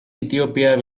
ethiopia